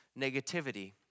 negativity